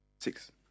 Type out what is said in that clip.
Six